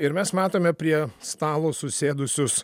ir mes matome prie stalo susėdusius